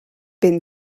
been